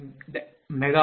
u